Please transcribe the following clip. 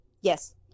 Yes